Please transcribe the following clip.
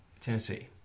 Tennessee